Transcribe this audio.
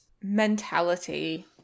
mentality